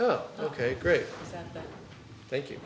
oh ok great thank you